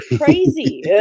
crazy